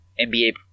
NBA